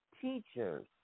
teachers